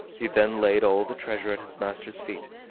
he then laid all the treasure at his master's feet,